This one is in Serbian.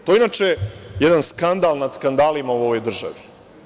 To je inače jedan skandal nad skandalima u ovoj državi.